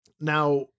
now